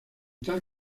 tal